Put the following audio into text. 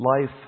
Life